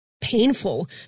painful